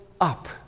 up